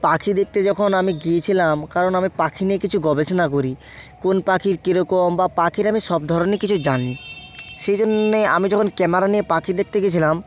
পাখি দেখতে যখন আমি গিয়েছিলাম কারণ আমি পাখি নিয়ে কিছু গবেষণা করি কোন পাখির কীরকম বা পাখির আমি সব ধরনের কিছু জানি সেই জন্যে আমি যখন ক্যামেরুনে পাখি দেখতে গেছিলাম